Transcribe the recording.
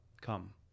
Come